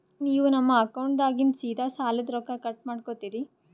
ನೀವು ನಮ್ಮ ಅಕೌಂಟದಾಗಿಂದ ಸೀದಾ ಸಾಲದ ರೊಕ್ಕ ಕಟ್ ಮಾಡ್ಕೋತೀರಿ?